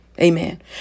Amen